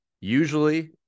Usually